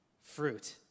fruit